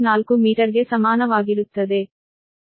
4 ಮೀಟರ್ಗೆ ಸಮಾನವಾಗಿರುತ್ತದೆ